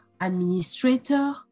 administrator